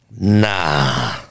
Nah